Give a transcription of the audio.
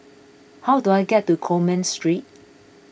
how do I get to Coleman Street